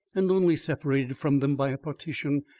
and only separated from them by a partition,